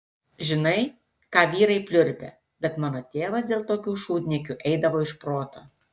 žinai ką vyrai pliurpia bet mano tėvas dėl tokių šūdniekių eidavo iš proto